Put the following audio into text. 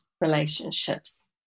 relationships